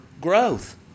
growth